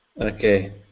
Okay